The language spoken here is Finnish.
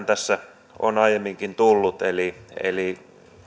tässä on aiemminkin tullut eli eli